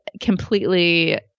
completely